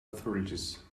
authorities